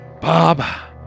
Bob